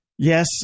Yes